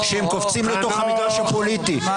הם קופצים לתוך המגרש הפוליטי.